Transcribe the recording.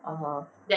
(uh huh)